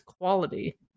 quality